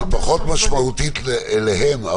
היא פחות משמעותית להם,